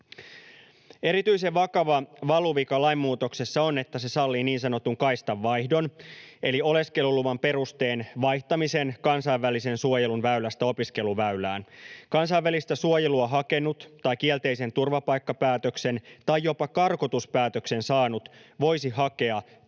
Erityisen vakava valuvika lainmuutoksessa on, että se sallii niin sanotun kaistan vaihdon eli oleskeluluvan perusteen vaihtamisen kansainvälisen suojelun väylästä opiskeluväylään. Kansainvälistä suojelua hakenut tai kielteisen turvapaikkapäätöksen tai jopa karkotuspäätöksen saanut voisi hakea